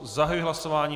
Zahajuji hlasování.